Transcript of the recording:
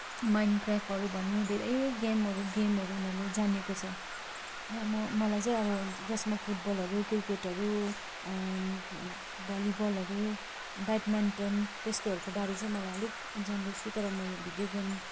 माइनक्राफ्टहरू भन्ने धेरै गेमहरू गेमहरू उनीहरूले जानेको छ र म मलाई चाहिँ अब जसमा फुटबलहरू क्रिकेटहरू भलिबलहरू ब्याडमिन्टन त्यस्तोहरूको बारे चाहिँ मलाई अलिक जान्दैछु तर म यो भिडियो गेम